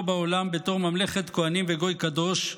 בעולם בתור ממלכת כוהנים וגוי קדוש,